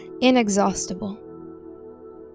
inexhaustible